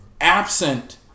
absent